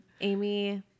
Amy